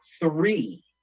three